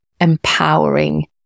empowering